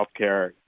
HealthCare